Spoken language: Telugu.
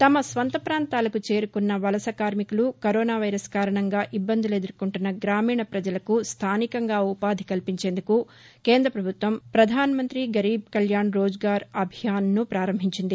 తమ స్వంత ప్రాంతాలకు చేరుకున్న వలస కార్మికులు కరోనా వైరస్ కారణంగా ఇబ్బందులు ఎదుర్కొంటున్న గ్రామీణ ప్రజలకు స్థానికంగా ఉపాధి కల్పించేందుకు కేంద్ర ప్రభుత్వం ప్రధానమంతి గరీబ్ కళ్యాణ్ రోజ్గార్ అభియాన్ను పారంభించింది